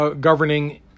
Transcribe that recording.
governing